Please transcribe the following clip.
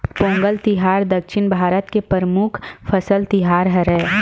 पोंगल तिहार दक्छिन भारत के परमुख फसल तिहार हरय